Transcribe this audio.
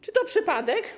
Czy to przypadek?